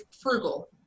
frugal